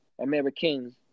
Americans